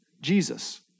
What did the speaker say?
Jesus